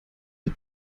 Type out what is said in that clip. die